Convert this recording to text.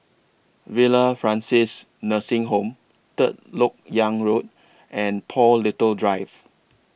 Villa Francis Nursing Home Third Lok Yang Road and Paul Little Drive